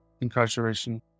incarceration